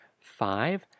five